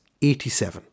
87